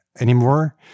anymore